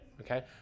okay